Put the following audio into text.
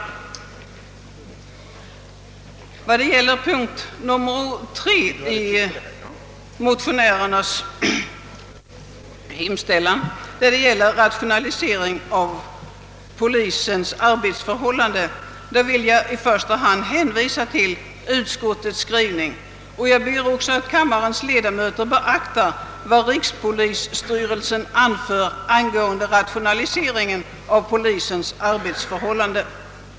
Vad gäller punkt nr 3 i motionärernas hemställan, som rör rationalisering av polisens arbetsförhållanden, vill jag i första hand hänvisa till utskottets skrivning. Jag ber också kammarens ledamöter beakta vad rikspolisstyrelsen anför angående rationaliseringen av rikspolisstyrelsens arbetsförhållanden.